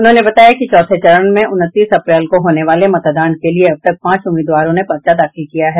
उन्होंने बताया कि चौथे चरण में उनतीस अप्रैल को होने वाले मतदान के लिए अब तक पांच उम्मीदवारों ने पर्चा दाखिल किया है